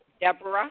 Deborah